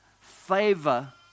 favor